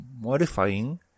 modifying